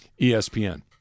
ESPN